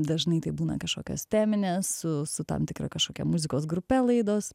dažnai tai būna kažkokios teminės su su tam tikra kažkokia muzikos grupe laidos